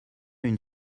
une